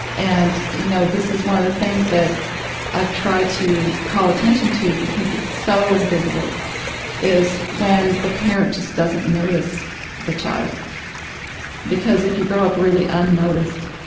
and you know, this is one of the things that i've tried to call attention to because it's so invisible is when the parent just doesn't notice the child because if you grow up really unnoticed,